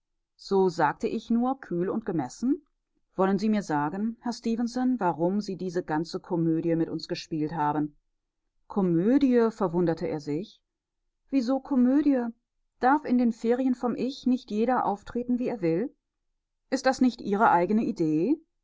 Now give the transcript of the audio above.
so sagte ich nur kühl und gemessen wollen sie mir sagen herr stefenson warum sie diese ganze komödie mit uns gespielt haben komödie verwunderte er sich wieso komödie darf in den ferien vom ich nicht jeder auftreten wie er will ist das nicht ihre eigene idee